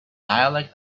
dialect